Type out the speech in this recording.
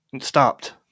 stopped